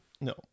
No